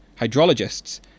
hydrologists